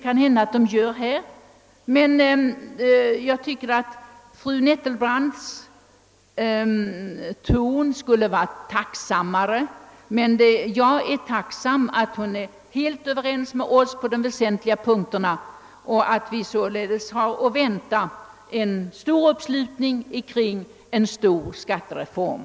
Jag tycker dock att fru Nettelbrandts ton borde varit tacksammare, men jag är tacksam över att hon är helt överens med oss på de väsentliga punkterna och att vi således har att vänta en stor uppslutning kring en stor skattereform.